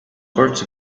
courts